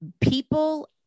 People